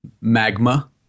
Magma